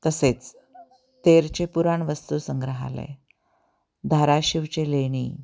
तसेच तेरचे पुराण वस्तू संग्रहालय धाराशिवचे लेणी